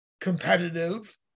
competitive